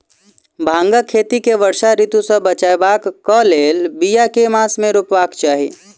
भांगक खेती केँ वर्षा ऋतु सऽ बचेबाक कऽ लेल, बिया केँ मास मे रोपबाक चाहि?